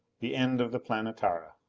the end of the planetara!